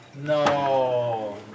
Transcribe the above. No